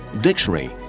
dictionary